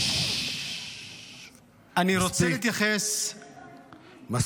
אני רוצה להתייחס --- ששש.